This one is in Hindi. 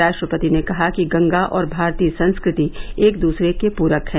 राष्ट्रपति ने कहा कि गंगा और भारतीय संस्कृति एक दूसरे के पूरक हैं